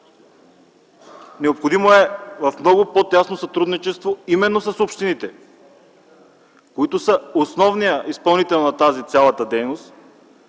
Необходимо е в много по-тясно сътрудничество с общините, които са основният изпълнител на тази дейност,